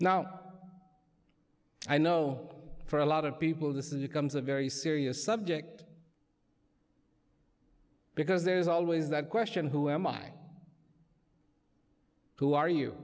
now i know for a lot of people this is becomes a very serious subject because there's always that question who am i who ar